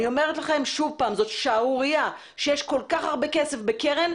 אני אומרת לכם שוב פעם: זאת שערורייה שיש כל כך הרבה כסף בקרן,